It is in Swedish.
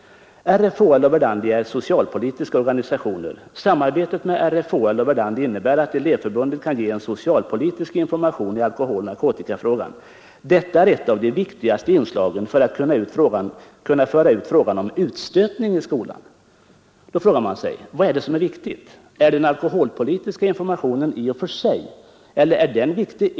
RFHL och Verdandi är socialpolitiska organisationer. Samarbetet med RFHL och Verdandi innebär att elevförbundet kan ge en socialpolitisk information i alkoholoch narkotikafrågan. Detta är ett av de viktigaste inslagen, för att kunna föra ut frågan om utstötning i skolan.” informationen viktig i och för sig, eller är den viktig enbart som ett medel r jag: Vad är det som är viktigt?